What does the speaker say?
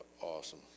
awesome